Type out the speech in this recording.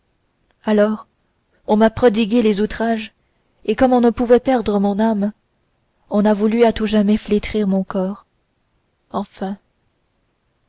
alors on m'a prodigué les outrages et comme on ne pouvait perdre mon âme on a voulu à tout jamais flétrir mon corps enfin